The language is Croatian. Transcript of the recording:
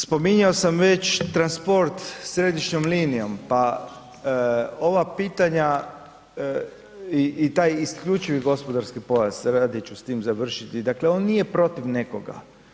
Spominjao sam već transport središnjom linijom, pa ova pitanja i taj isključivi gospodarski pojas, radije ću s tim završiti, dakle on nije protiv nekoga.